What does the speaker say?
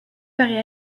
parait